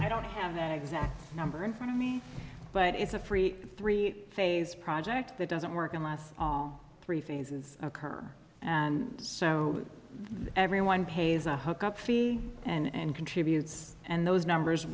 i don't have an exact number in front of me but it's a free three phase project that doesn't work unless all three phases occur and so everyone pays a hook up fee and contributes and those numbers